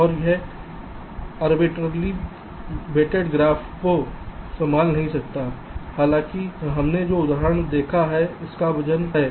और यह arbitrarily weighted graph को संभाल नहीं सकता है हालांकि हमने जो उदाहरण देखा है उसका वजन है